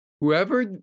Whoever